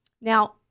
Now